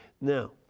Now